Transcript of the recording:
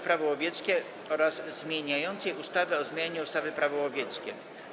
Prawo łowieckie oraz zmieniającej ustawę o zmianie ustawy Prawo łowieckie.